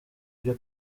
byo